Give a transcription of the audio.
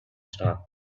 star